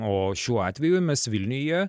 o šiuo atveju mes vilniuje